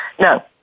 No